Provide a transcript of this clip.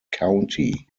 county